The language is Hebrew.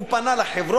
הוא פנה לחברות,